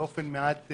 עם